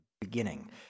beginning